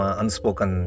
unspoken